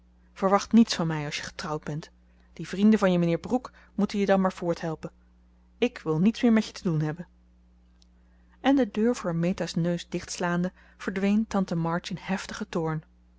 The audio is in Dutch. verwacht niets van mij als je getrouwd bent die vrienden van je mijnheer brooke moeten je dan maar voorthelpen ik wil niets meer met je te doen hebben en de deur voor meta's neus dichtslaande verdween tante march in heftigen toorn